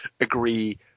agree